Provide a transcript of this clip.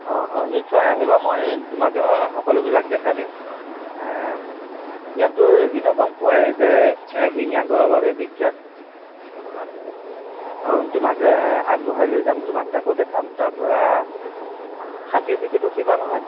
অঁ অঁ নিশ্চয় আহিবা মই তোমাক সকলোবিলাক দেখাই দিম ইয়াততো এনেও গম পোৱাই যে এশিঙীয়া গড়ৰ বাবে বিখ্যাত তোমাক আগবঢ়াই লৈ যাম তোমাক তাকো দেখাম তাৰ পৰা হাতীৰ পিঠিত উঠিবা নহয়